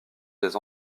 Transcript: des